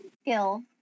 skill